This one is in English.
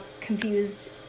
confused